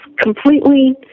completely